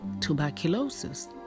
tuberculosis